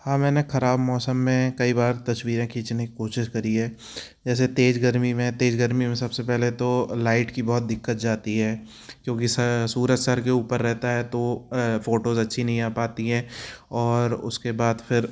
हाँ मैंने ख़राब मौसम में कई बार तस्वीरें खींचने की कोशिश करी है जैसे तेज़ गर्मी में तेज़ गर्मी में सब से पहले तो लाइट की बहुत दिक्कत जाती है क्योंकि सूरज सिर के ऊपर रहता है तो फ़ोटोज़ अच्छी नहीं आ पाती है और उसके बाद फिर